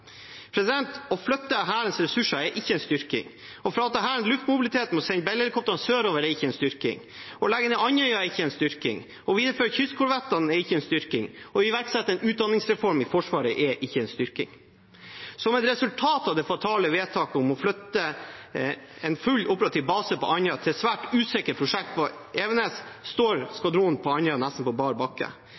Å flytte Hærens ressurser er ikke en styrking. Å frata Hæren luftmobilitet ved å sende Bell-helikoptrene sørover er ikke en styrking. Å legge ned Andøya er ikke en styrking. Å videreføre kystkorvettene er ikke en styrking. Å iverksette en utdanningsreform i Forsvaret er ikke en styrking. Som et resultat av det fatale vedtaket om å flytte en full operativ base på Andøya til et svært usikkert prosjekt på Evenes, står skvadronen på Andøya nesten på bar bakke.